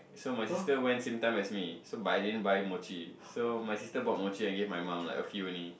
so my sister went same time as me so but I didn't buy mochi so my sister bought mochi and gave my mum like a few only